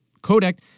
codec